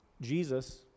Jesus